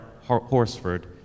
Horsford